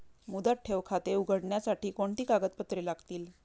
मुदत ठेव खाते उघडण्यासाठी कोणती कागदपत्रे लागतील?